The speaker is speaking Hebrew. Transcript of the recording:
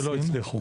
לא הצליחו.